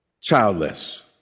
childless